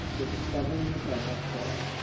the discovery in the federal court,